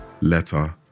letter